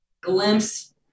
glimpse